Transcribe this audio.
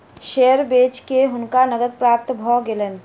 share बेच के हुनका नकद प्राप्त भ गेलैन